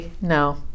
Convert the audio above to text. No